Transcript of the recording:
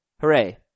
Hooray